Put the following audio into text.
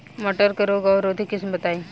मटर के रोग अवरोधी किस्म बताई?